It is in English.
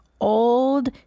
Old